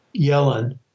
Yellen